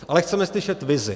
Ale chceme slyšet vizi.